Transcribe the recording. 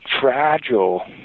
fragile